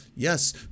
Yes